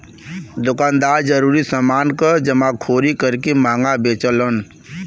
दुकानदार जरूरी समान क जमाखोरी करके महंगा बेचलन